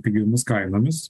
pigiomis kainomis